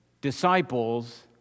disciples